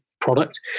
product